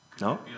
No